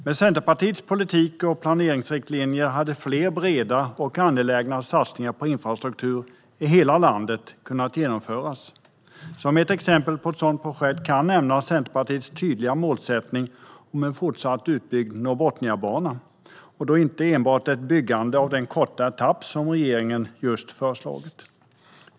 Med Centerpartiets politik och planeringsriktlinjer hade fler breda och angelägna satsningar på infrastruktur i hela landet kunnat genomföras. Som ett exempel på ett sådant projekt kan nämnas Centerpartiets tydliga målsättning om en fortsatt utbyggd Norrbotniabana. Detta gäller inte enbart byggandet av den korta etapp som regeringen just har föreslagit.